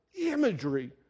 imagery